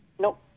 nope